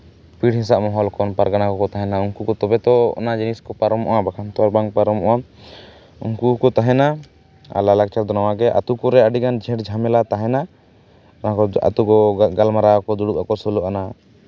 ᱯᱤᱲᱦᱤ ᱦᱮᱥᱟᱜ ᱢᱚᱦᱚᱞ ᱠᱷᱚᱱ ᱯᱟᱨᱜᱟᱱᱟ ᱠᱚᱠᱚ ᱛᱟᱦᱮᱱᱟ ᱛᱚᱵᱮ ᱛᱚ ᱚᱱᱟ ᱡᱤᱱᱤᱥ ᱠᱚ ᱯᱟᱨᱚᱢᱚᱜᱼᱟ ᱵᱟᱠᱷᱟᱱ ᱛᱚ ᱵᱟᱝ ᱯᱟᱨᱚᱢᱚᱜᱼᱟ ᱩᱱᱠᱩ ᱠᱚᱠᱚ ᱛᱟᱦᱮᱱᱟ ᱟᱨ ᱞᱟᱭᱼᱞᱟᱠᱪᱟᱨ ᱫᱚ ᱱᱚᱣᱟᱜᱮ ᱟᱛᱳ ᱠᱚᱨᱮᱜ ᱟᱹᱰᱤᱜᱟᱱ ᱡᱷᱩᱴ ᱡᱷᱟᱢᱮᱞᱟ ᱛᱟᱦᱮᱱᱟ ᱚᱱᱟ ᱠᱚ ᱟᱛᱳ ᱠᱚ ᱜᱟᱞᱢᱟᱨᱟᱣ ᱠᱚ ᱫᱩᱲᱩᱵ ᱟᱠᱚ ᱥᱳᱞᱳ ᱟᱱᱟ